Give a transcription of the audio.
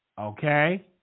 Okay